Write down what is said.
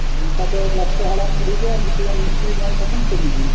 ᱟᱫᱚ ᱚᱱᱠᱟᱛᱮ ᱞᱟᱥᱴᱮ ᱦᱟᱲᱟᱢ ᱵᱩᱲᱦᱤ ᱜᱮ ᱟᱨ ᱢᱤᱫᱴᱤᱡ ᱜᱟᱱ ᱢᱤᱥᱛᱨᱤ ᱧᱟᱢ ᱠᱟᱛᱮᱫ ᱠᱟᱹᱢᱤ ᱦᱩᱭᱩᱜ ᱠᱟᱱᱟ